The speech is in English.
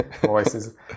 voices